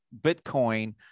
Bitcoin